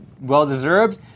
well-deserved